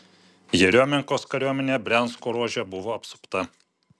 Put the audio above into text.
jeriomenkos kariuomenė briansko ruože buvo apsupta